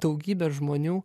daugybė žmonių